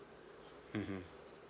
mmhmm